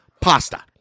pasta